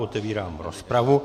Otevírám rozpravu.